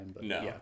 no